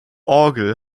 orgel